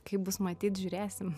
kaip bus matyt žiūrėsim